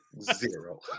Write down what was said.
Zero